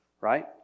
Right